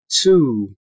two